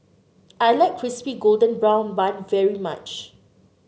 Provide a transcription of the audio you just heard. I like Crispy Golden Brown Bun very much